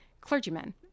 clergymen